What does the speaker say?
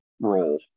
role